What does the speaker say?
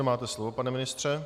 Máte slovo, pane ministře.